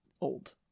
old